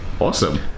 Awesome